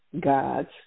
gods